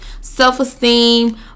self-esteem